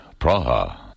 Praha